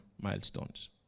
milestones